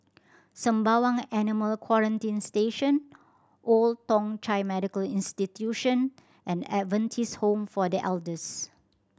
Sembawang Animal Quarantine Station Old Thong Chai Medical Institution and Adventist Home for The Elders